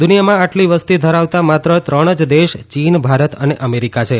દુનિયામાં આટલી વસ્તી ધરાવતા માત્ર ત્રણ જ દેશ ચીન ભારત અને અમેરીકા છે